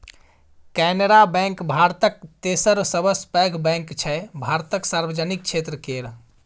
Canara bank भारतक तेसर सबसँ पैघ बैंक छै भारतक सार्वजनिक क्षेत्र केर